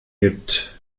gibt